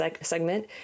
segment